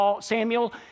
Samuel